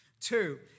Two